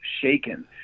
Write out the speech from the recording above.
shaken